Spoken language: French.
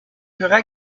furent